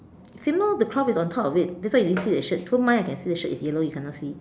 same lor the cloth is on top of it that's why you didn't see the shirt so mine I can see the shirt it's yellow you cannot see